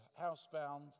housebound